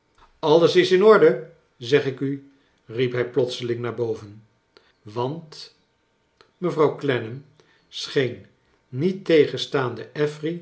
alles is in orde zeg ik u riep hij plotseling naar boven want mevrouw clennam soheen